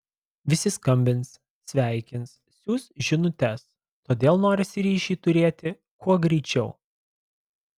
visi skambins sveikins siųs žinutes todėl norisi ryšį turėti kuo greičiau